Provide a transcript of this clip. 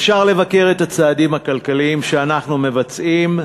אפשר לבקר את הצעדים הכלכליים שאנחנו מבצעים,